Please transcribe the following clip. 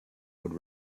would